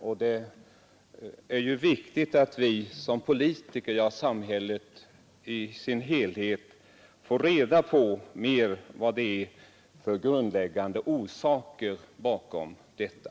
Och det är ju viktigt att vi som politiker — ja, samhället i dess helhet — får reda på mer om vad det är för grundläggande orsaker bakom detta.